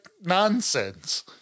nonsense